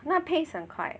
那 pace 很快